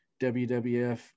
WWF